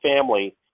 family